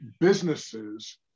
businesses